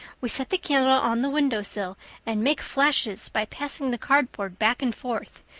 we set the candle on the window sill and make flashes by passing the cardboard back and forth.